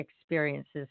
experiences